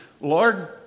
Lord